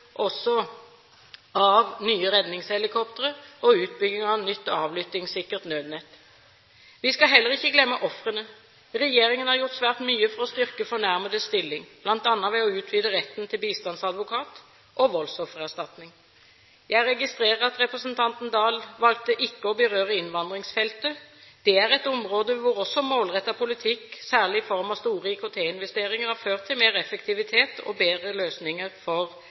av nye redningshelikoptre og utbyggingen av nytt avlyttingssikkert nødnett. Vi skal heller ikke glemme ofrene. Regjeringen har gjort svært mye for å styrke fornærmedes stilling, bl.a. ved å utvide retten til bistandsadvokat og voldsoffererstatning. Jeg registrerer at representanten Dahl valgte ikke å berøre innvandringsfeltet. Det er et område hvor en målrettet politikk, særlig i form av store IKT-investeringer, har ført til mer effektivitet og bedre løsninger for